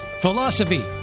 philosophy